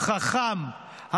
-- חכם,